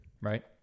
Right